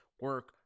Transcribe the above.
Work